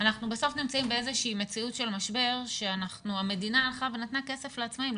בסוף נמצאים באיזושהי מציאות של משבר שהמדינה הלכה ונתנה כסף לעצמאים,